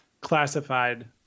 classified